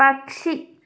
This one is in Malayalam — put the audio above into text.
പക്ഷി